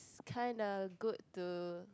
it's kind of good to